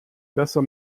besser